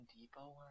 depot